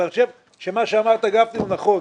אני חושב שמה שאמרת, גפני, זה נכון.